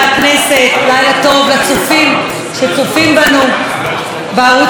ולילה טוב לצופים שצופים בנו בערוץ הכנסת.